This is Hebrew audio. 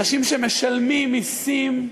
אנשים שמשלמים מסים,